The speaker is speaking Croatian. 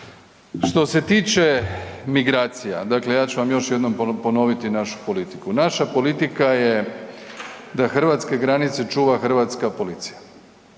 Što se tiče migracija, dakle, ja ću vam još jednom ponoviti našu politiku. Naša politika je da hrvatske granice čuva hrvatska policija.